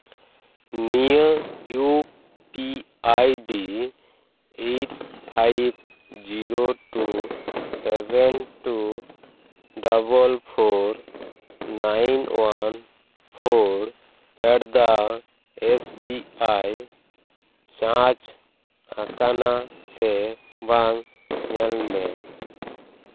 ᱱᱤᱭᱟᱹ U P ID eight five zero two seven two double four nine one four ᱮᱴᱫᱟ S B I ᱪᱟᱪ ᱟᱠᱟᱱᱟ ᱥᱮ ᱵᱟᱝ ᱧᱮᱞ ᱢᱮ